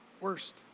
worst